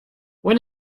when